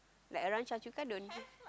like around Choa-Chu-Kang don't